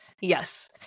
Yes